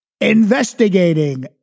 Investigating